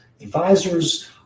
Advisors